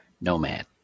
nomad